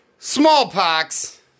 Smallpox